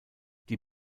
die